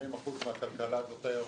80% מהכלכלה זאת תיירות.